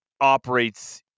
operates